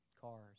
cars